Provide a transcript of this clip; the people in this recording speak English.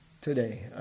today